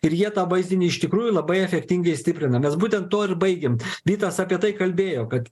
ir jie tą vaizdinį iš tikrųjų labai efektingai stiprina mes būtent tuo ir baigėm vytas apie tai kalbėjo kad